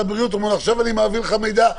הבריאות ואומר לו: עכשיו אני מעביר לך מידע,